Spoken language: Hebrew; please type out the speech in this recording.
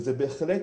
שזה בהחלט